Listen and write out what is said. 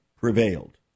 prevailed